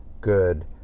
good